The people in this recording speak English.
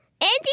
Auntie